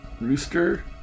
Rooster